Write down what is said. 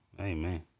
Amen